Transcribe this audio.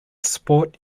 sport